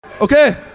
Okay